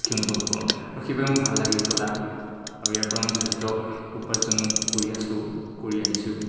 সুখী অনুভৱ কৰোঁ আৰু সেইবাবে মই ভাল লাগে এই কলা আৰু ইয়াৰ পৰা মই যথেষ্ট উপাৰ্জনো কৰি আছোঁ কৰি আহিছোঁ